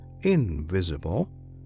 invisible